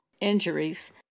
injuries